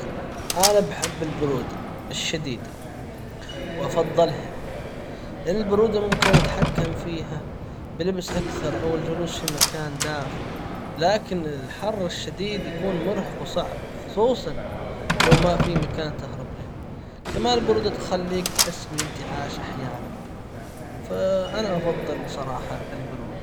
انا بحب البرودة الشديدة وأفضلها لان البرودة ممكن اتحكم فيها بلبس اكثر او الجلوس في مكان دافئ لكن الحر الشديد يكون مرهق وصعب خصوصًا لو ما في مكان تهرب له كمان البرودة تخليك تحس بالانتعاش أحيانًا فأنا أفضل صراحة البرودة.